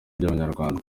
by’abanyarwanda